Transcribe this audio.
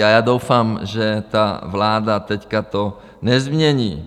A já doufám, že ta vláda teď to nezmění.